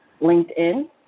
LinkedIn